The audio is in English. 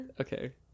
okay